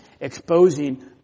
exposing